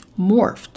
morphed